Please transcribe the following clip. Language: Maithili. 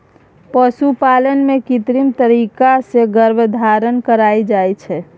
पशुपालन मे कृत्रिम तरीका सँ गर्भाधान कराएल जाइ छै